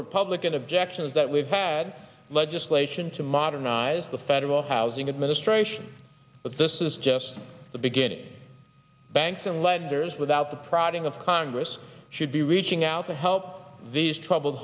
republican objections that we've had legislation to modernize the federal housing administration but this is just the beginning banks and lenders without the prodding of congress should be reaching out to help these troubled